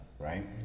right